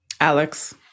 Alex